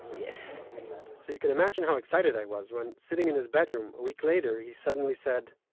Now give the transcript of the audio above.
yes so you can imagine how excited i was, when sitting in his bedroom a week later, he suddenly said,